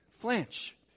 flinch